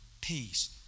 peace